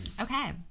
Okay